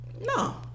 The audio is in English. No